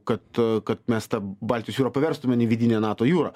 kad kad mes tą baltijos jūrą paverstume į vidinę nato jūrą